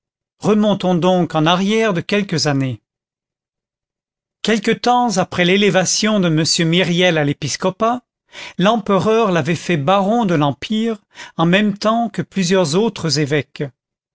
remontons donc en arrière de quelques années quelque temps après l'élévation de m myriel à l'épiscopat l'empereur l'avait fait baron de l'empire en même temps que plusieurs autres évêques